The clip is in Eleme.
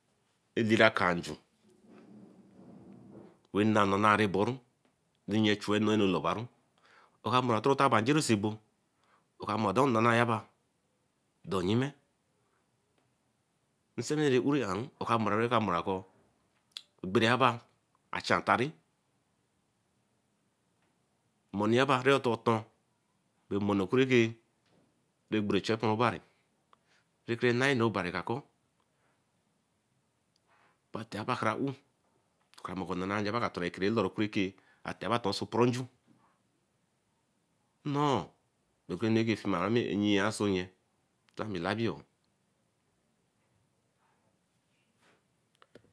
Elera kanju ra na nanari boree nnee chue enu lobaru oka mora tota njusee abo, oka mor dunn sedba dor yime. Nserime ra ouri aru oka morakor ogbere ayba a chan tari monireba reekenton bey monierake bey gbon echepon obari kerekenah obari akor ateoba kara ovi oka mor jaba ka tere tera lor kereke atonse poronju nnōō bey enu ra ke fie ami eyian osoe nne ta amilabi oo.